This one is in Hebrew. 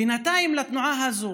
בינתיים, לתנועה הזאת,